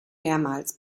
mehrmals